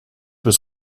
was